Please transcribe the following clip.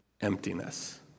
Emptiness